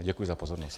Děkuji za pozornost.